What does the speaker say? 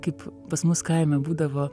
kaip pas mus kaime būdavo